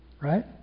right